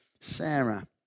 Sarah